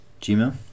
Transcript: Gmail